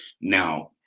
Now